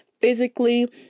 physically